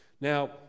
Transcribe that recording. Now